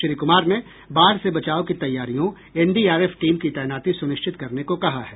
श्री कुमार ने बाढ़ से बचाव की तैयारियों एनडीआरएफ टीम की तैनाती सुनिश्चित करने को कहा है